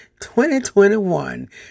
2021